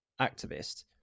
activist